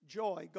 joy